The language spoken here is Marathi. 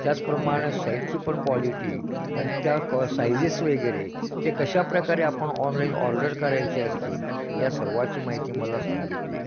त्याचप्रमाणे शर्टची पण क्वालिटी आणि त्या क सायझेस वगैरे ते कशा प्रकारे आपण ऑनलाईन ऑर्डर करायची असतील या सर्वाची माहिती मला सांगितली